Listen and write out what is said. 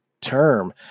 term